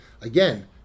again